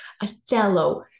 Othello